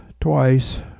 twice